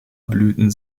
blüten